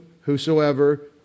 whosoever